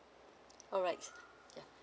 alright yeah